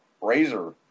razor